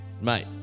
mate